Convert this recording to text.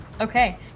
Okay